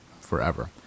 Forever